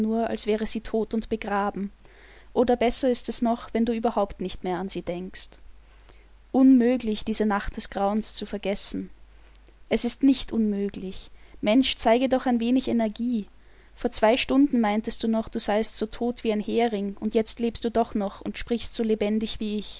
als wäre sie tot und begraben oder besser ist es noch wenn du überhaupt nicht mehr an sie denkst unmöglich diese nacht des grauens zu vergessen es ist nicht unmöglich mensch zeige doch ein wenig energie vor zwei stunden meintest du noch du seiest so tot wie ein hering und jetzt lebst du doch noch und sprichst so lebendig wie ich